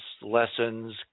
lessons